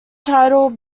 title